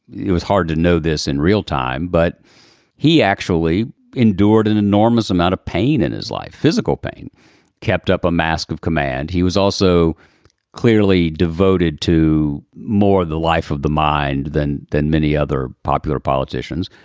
it was hard to know this in real time. but he actually endured an enormous amount of pain in his life. physical pain kept up a mask of command. he was also clearly devoted to more of the life of the mind than than many other popular politicians.